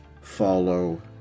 follow